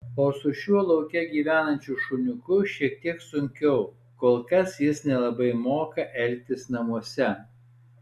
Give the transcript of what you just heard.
o su šiuo lauke gyvenančiu šuniuku šiek tiek sunkiau kol kas jis nelabai moka elgtis namuose